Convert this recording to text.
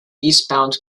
eastbound